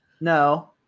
no